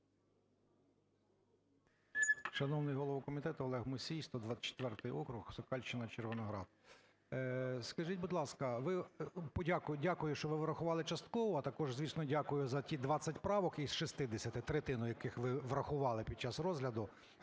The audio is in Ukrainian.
дякую за ті 20 правок із 60, третину яких ви врахували під час розгляду,